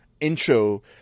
intro